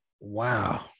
Wow